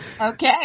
Okay